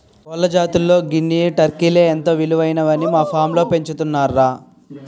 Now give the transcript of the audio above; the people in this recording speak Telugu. కోళ్ల జాతుల్లో గినియా, టర్కీలే ఎంతో విలువైనవని మా ఫాంలో పెంచుతున్నాంరా